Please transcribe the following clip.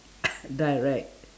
direct